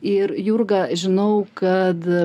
ir jurga žinau kad